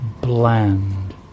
bland